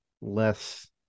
less